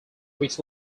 weeks